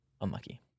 Unlucky